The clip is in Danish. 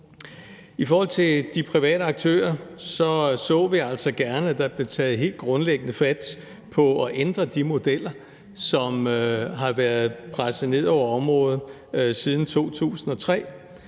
i forhold til de private aktører så vi altså gerne, at der blev taget helt grundlæggende fat på at ændre de modeller, som har været presset ned over området siden 2003,